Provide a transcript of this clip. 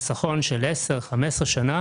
בחיסכון של 10 15 שנים,